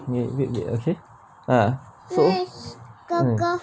wait wait okay ah so mm